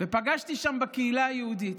ופגשתי שם בקהילה היהודית.